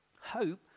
Hope